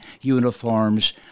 uniforms